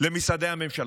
למשרדי הממשלה.